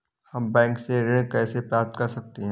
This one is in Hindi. हम बैंक से ऋण कैसे प्राप्त कर सकते हैं?